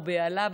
או בהלה,